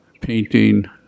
painting